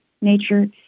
nature